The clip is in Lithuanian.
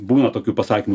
būna tokių pasakymų